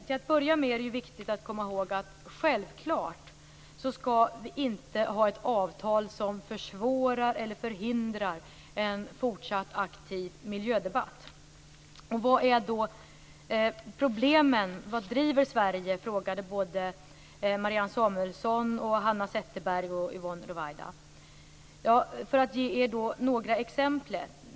Till att börja med är det viktigt att komma ihåg att vi självfallet inte skall ha ett avtal som försvårar eller förhindrar en fortsatt aktiv miljödebatt. Vad driver Sverige? Jag skall ge er några exempel.